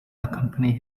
accompany